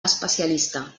especialista